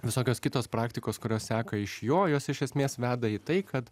visokios kitos praktikos kurios seka iš jo jos iš esmės veda į tai kad